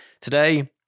Today